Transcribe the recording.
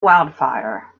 wildfire